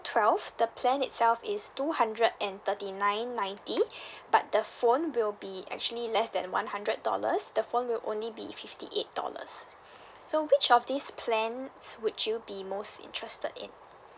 twelve the plan itself is two hundred and thirty nine ninety but the phone will be actually less than one hundred dollars the phone will only be fifty eight dollars so which of this plan would you be most interested in